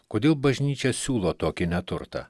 kodėl bažnyčia siūlo tokį neturtą